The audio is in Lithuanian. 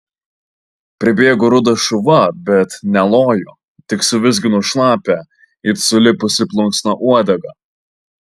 pribėgo rudas šuva bet nelojo tik suvizgino šlapią it sulipusi plunksna uodegą